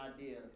idea